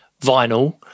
vinyl